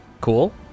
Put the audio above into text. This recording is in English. Cool